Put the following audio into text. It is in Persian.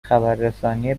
خبررسانی